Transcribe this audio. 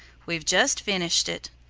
we've just finished it.